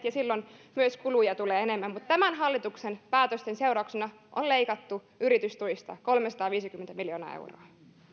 ja silloin myös kuluja tulee enemmän mutta tämän hallituksen päätösten seurauksena on leikattu yritystuista kolmesataaviisikymmentä miljoonaa euroa